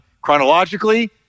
chronologically